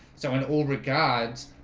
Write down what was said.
so in all regards,